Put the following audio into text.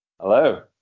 hello